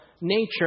nature